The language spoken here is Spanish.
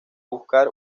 buscar